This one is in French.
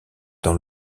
dans